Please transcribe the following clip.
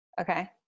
Okay